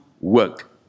work